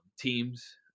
teams